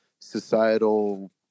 societal